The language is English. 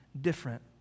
different